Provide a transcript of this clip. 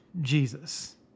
Jesus